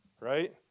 right